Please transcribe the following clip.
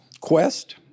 quest